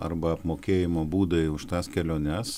arba apmokėjimo būdai už tas keliones